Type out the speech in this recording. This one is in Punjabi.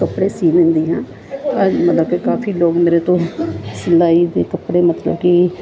ਕੱਪੜੇ ਸੀ ਲੈਂਦੀ ਆ ਔਰ ਮਤਲਬ ਕਿ ਕਾਫੀ ਲੋਕ ਮੇਰੇ ਤੋਂ ਸਿਲਾਈ ਦੇ ਕੱਪੜੇ ਮਤਲਬ ਕਿ